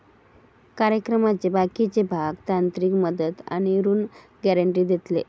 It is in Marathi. कार्यक्रमाचे बाकीचे भाग तांत्रिक मदत आणि ऋण गॅरेंटी देतले